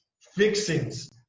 fixings